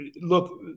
look